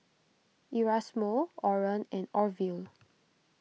Erasmo Oran and Orville